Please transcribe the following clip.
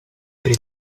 pri